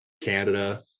Canada